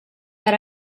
but